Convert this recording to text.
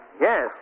Yes